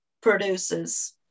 produces